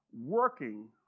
working